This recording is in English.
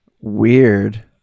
weird